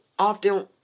often